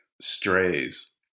strays